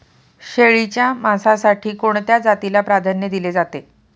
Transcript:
शेळीच्या मांसासाठी कोणत्या जातीला प्राधान्य दिले जाते?